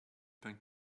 pain